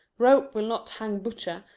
rope will not hang butcher,